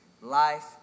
Life